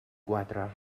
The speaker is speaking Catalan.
quatre